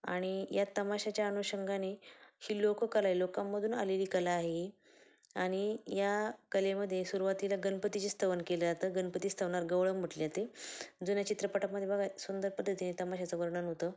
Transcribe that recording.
आणि या तमाशाच्या अनुषंगाने ही लोककला आहे लोकांमधून आलेली कला आहे आणि या कलेमध्ये सुरूवातीला गनपतीची स्तवन केलं जातं गणपती स्तवनावर गवळण म्हटली जाते जुन्या चित्रपटामध्ये बघा सुंदर पद्धतीने तमाशाचं वर्णन होतं